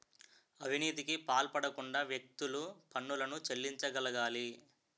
అవినీతికి పాల్పడకుండా వ్యక్తులు పన్నులను చెల్లించగలగాలి